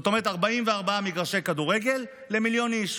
זאת אומרת 44 מגרשי כדורגל למיליון איש.